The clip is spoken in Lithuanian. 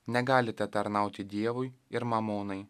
negalite tarnauti dievui ir mamonai